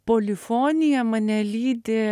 polifonija mane lydi